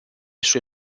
sue